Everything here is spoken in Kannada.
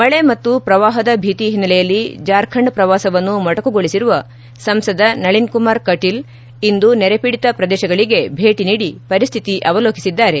ಮಳೆ ಮತ್ತು ಪ್ರವಾಹದ ಭೀತಿ ಹಿನ್ನೆಲೆಯಲ್ಲಿ ಜಾರ್ಖಂಡ್ ಪ್ರವಾಸವನ್ನು ಮೊಟಕುಗೊಳಿಸಿರುವ ಸಂಸದ ನಳನ್ಕುಮಾರ್ ಕಟೀಲ್ ಇಂದು ನೆರೆಪೀಡಿತ ಪ್ರದೇಶಗಳಗೆ ಭೇಟಿ ನೀಡಿ ಪರಿಸ್ಥಿತಿ ಅವಲೋಕಿಸಿದ್ದಾರೆ